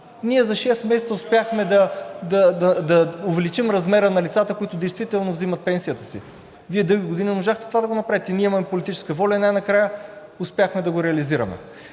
ние за 6 месеца успяхме да увеличим размера на лицата, които действително взимат пенсията си. Вие дълги години не можахте това да го направите. Ние имаме политическата воля и най-накрая успяхме да го реализираме.